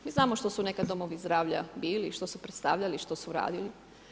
Mi znamo što su nekad domovi zdravlja bili, što su predstavljali, što su radili.